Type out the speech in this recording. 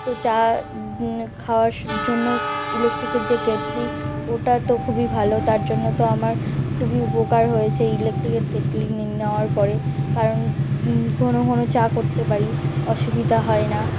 তো চা খাওয়ার স জন্য ইলেকট্রিকের যে কেটলি ওটা তো খুবই ভালো তার জন্য তো আমার খুবই উপকার হয়েছে ইলেকটিকের কেটলি নেওয়ার পরে কারণ ঘন ঘন চা করতে পারি অসুবিধা হয় না